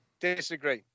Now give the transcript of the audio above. disagree